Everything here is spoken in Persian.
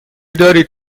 دارید